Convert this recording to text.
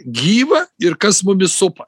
gyva ir kas mumis supa